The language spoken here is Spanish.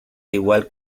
igual